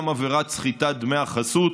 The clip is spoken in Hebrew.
גם עבירת סחיטת דמי חסות